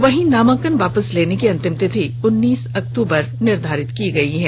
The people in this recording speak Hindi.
वहीं नामांकन वापस लेने की अंतिम तिथि उन्नीस अक्टूबर निर्धारित की गई है